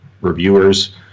reviewers